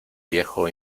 viejo